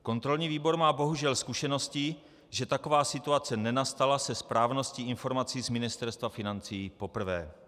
Kontrolní výbor má bohužel zkušenosti, že taková situace nenastala se správností informací z Ministerstva financí poprvé.